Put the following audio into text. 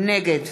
נגד